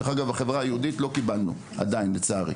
דרך אגב, בחברה היהודית לא קיבלנו עדיין, לצערי,